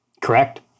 Correct